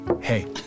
Hey